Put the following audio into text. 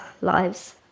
lives